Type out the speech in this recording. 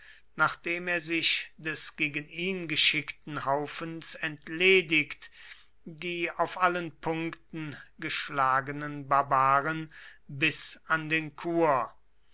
nachdem er sich des gegen ihn geschickten haufens entledigt die auf allen punkten geschlagenen barbaren bis an den kur